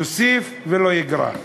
יוסיף ולא יגרע.